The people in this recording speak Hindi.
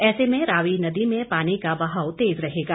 ऐसे में रावी नदी में पानी का बहाव तेज रहेगा